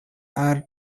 are